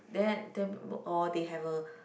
then that or they have a